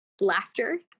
laughter